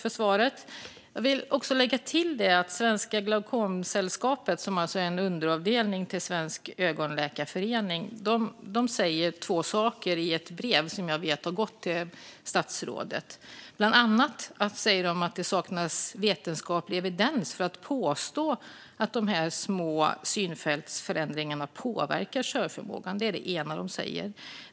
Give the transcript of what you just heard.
Fru talman! Jag vill lägga till att Svenska Glaukomsällskapet, som alltså är en underavdelning till Sveriges ögonläkarförening, säger två saker i ett brev som jag vet har gått till statsrådet. Bland annat säger de att det saknas vetenskaplig evidens för att påstå att de här små synfältsförändringarna påverkar körförmågan. Det är det ena.